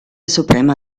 suprema